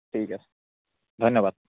ঠিক আছে ধন্যবাদ